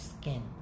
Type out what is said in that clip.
skin